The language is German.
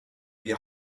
die